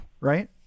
right